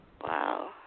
Wow